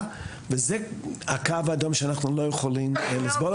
וזה הקו האדום שאנחנו לא יכולים לסבול אותה.